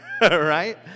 Right